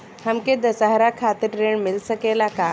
हमके दशहारा खातिर ऋण मिल सकेला का?